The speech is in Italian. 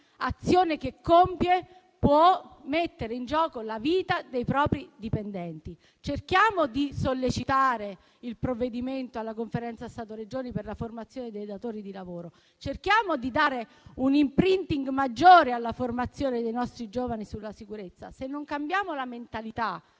azione che compie può mettere in gioco la vita dei propri dipendenti. Cerchiamo di sollecitare il provvedimento alla Conferenza Stato-Regioni per la formazione dei datori di lavoro. Cerchiamo di dare un *imprinting* maggiore alla formazione dei nostri giovani sulla sicurezza. Se non cambiamo la mentalità